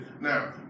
now